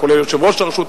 כולל יושב-ראש הרשות,